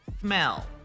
smell